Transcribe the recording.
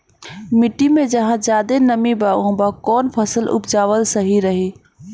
मिट्टी मे जहा जादे नमी बा उहवा कौन फसल उपजावल सही रही?